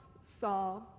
saw